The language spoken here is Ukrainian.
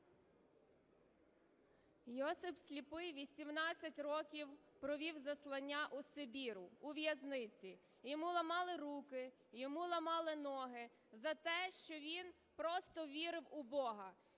Йосип Сліпий 18 років провів заслання у Сибіру, у в'язниці, йому ламали руки, йому ламали ноги за те, що він просто вірив у Бога.